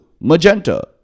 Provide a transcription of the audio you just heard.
magenta